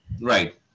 Right